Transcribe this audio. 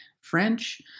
French